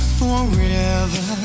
forever